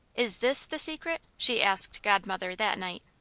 is this the secret? she asked godmother, that night.